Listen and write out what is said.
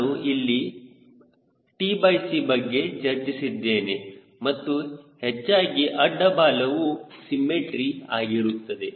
ನಾನು ಇಲ್ಲಿ tc ಬಗ್ಗೆ ಚರ್ಚಿಸಿದ್ದೇನೆ ಮತ್ತು ಹೆಚ್ಚಾಗಿ ಅಡ್ಡ ಬಾಲವು ಸಿಮ್ಮೆಟ್ರಿ ಆಗಿರುತ್ತದೆ